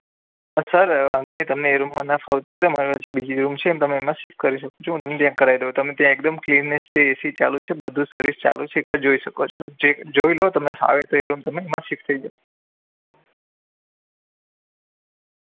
sir વાંધો નહીં તમને એ રૂમ ન ફાવતું હોય તો મારી પાસે બીજી રૂમ છે એમાં શિફ્ટ કરી શકો છો હું ચેક કરાવી દઉં તમે ત્યાં એકદમ ક્લીનલીનેસ છે એસી ચાલુ છે બધું સર્વિસ ચાલુ છે તમે એક વાર જોઈ શકો છો જોઈ લો તમને ફાવે તો તમે એ રૂમમાં શિફ્ટ થઈ જાઓ